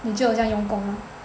你觉得我这样用功嘛